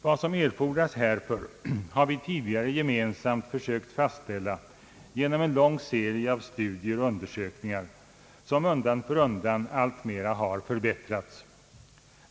Vad som erfordras härför har vi tidigare gemensamt sökt fastställa genom en lång serie av studier och undersökningar som undan för undan alltmera har förbättrats.